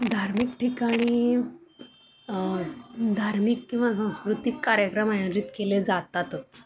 धार्मिक ठिकाणी धार्मिक किंवा सांस्कृतिक कार्यक्रम आयोजित केले जातातच